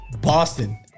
Boston